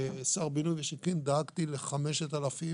כשר הבינוי והשיכון דאגתי ל-5,000